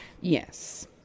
Yes